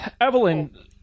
Evelyn